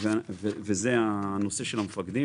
כל זה לגבי המפקדים.